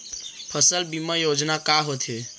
फसल बीमा योजना का होथे?